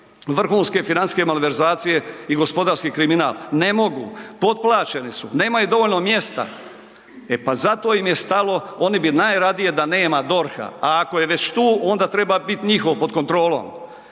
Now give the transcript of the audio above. vrhunske financijske malverzacije i gospodarski kriminal. Ne mogu, potplaćeni su, nemaju dovoljno mjesta. E pa zato im je stalo, oni bi najradije da nema DORH-a, a ako je već tu onda treba biti njihov pod kontrolom.